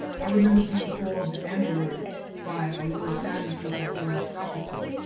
i remember being called the n-word by a little italian kid that was on my soccer team.